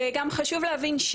וחשוב להבין,